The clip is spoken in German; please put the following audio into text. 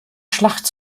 schlacht